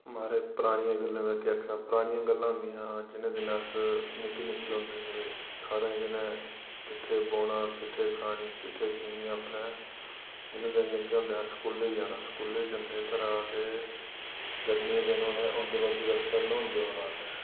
महाराज परानियें गल्लें दा केह् आक्खना परानियां गल्लां होंदियां हां जिनें दिनें अस निक्के निक्के होंदे हे सारे जनें किट्ठे बौह्ना किट्ठे खानी किट्ठे पीने अपने जिनें दिनें निक्के होंदे स्कूले गी जाना स्कूले गी जंदे हे गर्मियें दे दिन होंदे औंदै बक्खी रस्ते न्होंदे औना असें